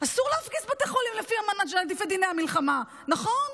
אסור להפגיז בתי חולים לפי דיני המלחמה, נכון?